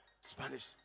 spanish